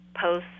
posts